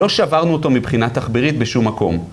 לא שברנו אותו מבחינה תחבירית בשום מקום.